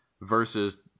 versus